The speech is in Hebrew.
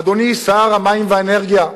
אדוני שר המים והאנרגיה,